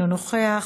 אינו נוכח.